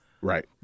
Right